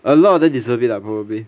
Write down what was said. a lot of them deserve it lah probably